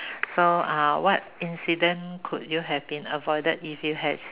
so what incident could you have been avoided if you had